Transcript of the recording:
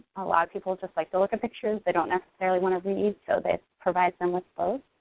a lot of people just like to look at pictures, they don't necessarily wanna read so this provides them with both.